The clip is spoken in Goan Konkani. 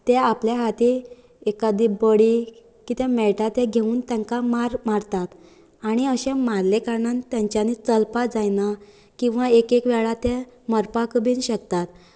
ते आपले हातीन एखादी बडी कितें मेळटा तें घेवून तेंकां मार मारतात आनी अशें मारलें कारणान तेंच्यानी चलपा जायना किंवां एक एक वेळार ते मरपाक बीन शकतात